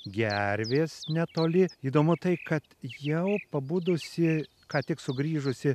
gervės netoli įdomu tai kad jau pabudusi ką tik sugrįžusi